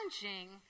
challenging